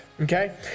okay